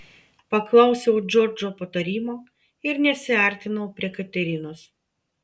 paklausiau džordžo patarimo ir nesiartinau prie katerinos